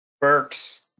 Berks